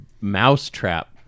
Mousetrap